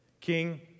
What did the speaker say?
king